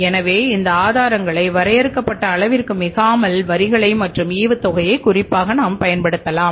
எனவே இந்த ஆதாரங்களை வரையறுக்கப்பட்ட அளவிற்கு மிகாமல் வரிகளை மற்றும் ஈவுத்தொகையை குறிப்பாக நாம் பயன்படுத்தலாம்